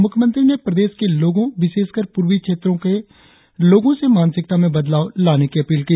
मुख्यमंत्री ने प्रदेश के लोगो विशेषकर पूर्वी क्षेत्रो के लोगो से मानसिकता मे बदलाव लाने की अपील की